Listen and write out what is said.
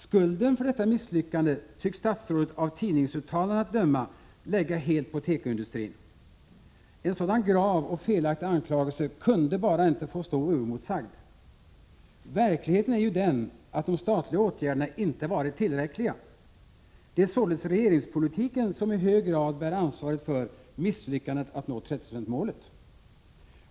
Skulden för detta misslyckande tycks statsrådet, av tidningsuttalanden att döma, lägga helt på tekoindustrin. En så grav och felaktig anklagelse kunde bara inte få stå oemotsagd. Verkligheten är ju den att de statliga åtgärderna inte varit tillräckliga. Det är således regeringspolitiken som i hög grad bär ansvaret för misslyckandet att nå 30-procentsmålet.